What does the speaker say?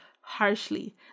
harshly